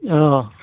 औ